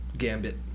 Gambit